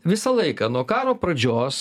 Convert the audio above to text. visą laiką nuo karo pradžios